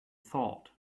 thought